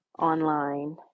online